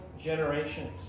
generations